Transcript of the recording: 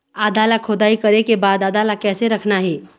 आदा ला खोदाई करे के बाद आदा ला कैसे रखना हे?